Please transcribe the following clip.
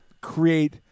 create